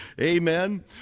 Amen